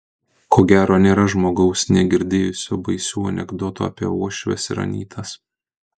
ko gero nėra žmogaus negirdėjusio baisių anekdotų apie uošves ir anytas